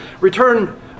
Return